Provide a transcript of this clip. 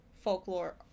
folklore